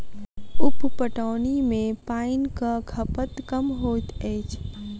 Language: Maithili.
उप पटौनी मे पाइनक खपत कम होइत अछि